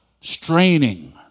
straining